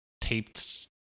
taped